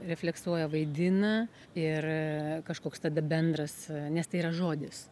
refleksuoja vaidina ir kažkoks tada bendras nes tai yra žodis